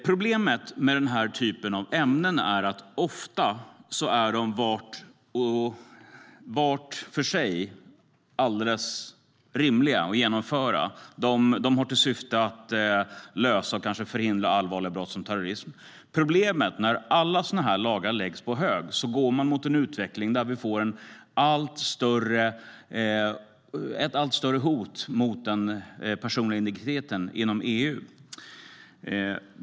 Problemet med den här typen av ämne är att lagarna ofta är alldeles rimliga att genomföra var för sig. Syftet med dem är att lösa och kanske förhindra allvarliga brott som terrorism. Problemet är att utvecklingen, när alla sådana lagar läggs på hög, går mot ett allt större hot mot den personliga integriteten inom EU.